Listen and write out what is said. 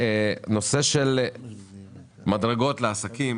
נושא של מדרגות לעסקים